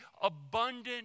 abundant